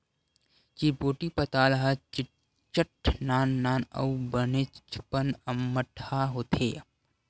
चिरपोटी पताल ह निच्चट नान नान अउ बनेचपन अम्मटहा होथे